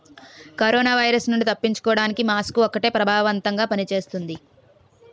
corona virus నుండి తప్పించుకోడానికి mask ఒక్కటే ప్రభావవంతంగా పని చేస్తుంది